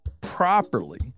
properly